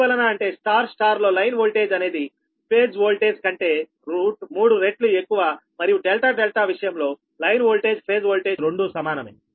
ఎందువలన అంటే star star లో లైన్ ఓల్టేజ్ అనేది ఫేజ్ ఓల్టేజ్ కంటే 3రెట్లు ఎక్కువ మరియు డెల్టా డెల్టా విషయంలో లైను ఓల్టేజ్ఫేజ్ ఓల్టేజ్ రెండు సమానమే